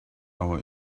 our